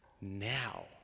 Now